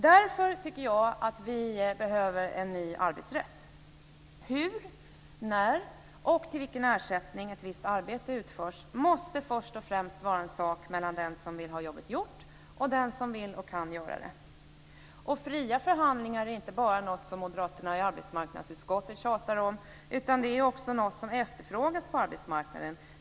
Därför tycker jag att vi behöver en ny arbetsrätt. Hur, när och mot vilken ersättning ett visst arbete utförs måste först och främst vara en sak mellan den som vill ha jobbet gjort och den som vill och kan göra det. Fria förhandlingar är något som inte bara moderaterna i arbetsmarknadsutskottet tjatar om, utan det är också något som efterfrågas på arbetsmarknaden.